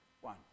One